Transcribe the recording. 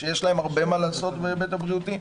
שיש להם הרבה מה לעשות בהיבט הבריאותי,